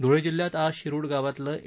ध्ळे जिल्ह्यात आज शिरुड गावातलं ए